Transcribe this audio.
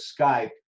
Skype